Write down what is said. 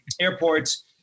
airports